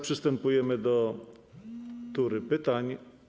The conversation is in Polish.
Przystępujemy do tury pytań.